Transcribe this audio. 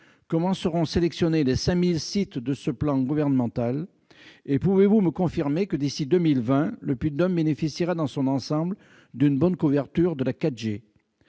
Comment seront sélectionnés les 5 000 sites de ce plan gouvernemental ? Et pouvez-vous me confirmer que d'ici à 2020 le Puy-de-Dôme bénéficiera dans son ensemble d'une bonne couverture en 4G ?